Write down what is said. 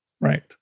Right